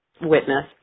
witness